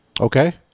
Okay